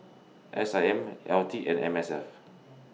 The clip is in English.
S I M LT and M S F